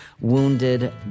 wounded